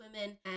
women